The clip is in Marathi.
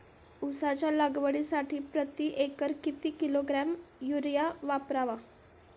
उसाच्या लागवडीसाठी प्रति एकर किती किलोग्रॅम युरिया वापरावा?